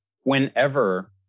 whenever